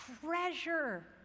treasure